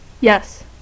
Yes